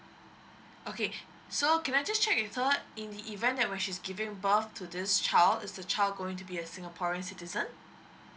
okay so can I just check with her in the event that when she's giving birth to this child is the child going to be a singaporean citizen